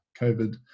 COVID